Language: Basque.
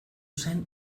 zen